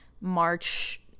March